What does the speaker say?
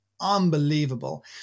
unbelievable